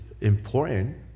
important